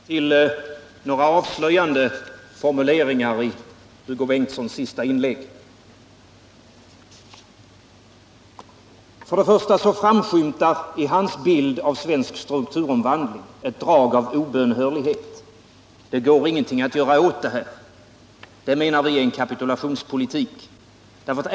Herr talman! Bara två korta noteringar till några avslöjande formuleringar i Hugo Bengtssons senaste inlägg. För det första framskymtar i hans bild av svensk strukturomvandling ett drag av obönhörlighet: det går inte att göra någonting åt det här. Det menar vi är kapitulationspolitik.